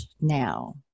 now